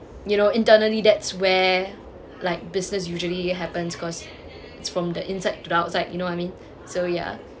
you know internally that's where like business usually happens cause it's from the inside to the outside you know what I mean so ya